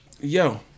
yo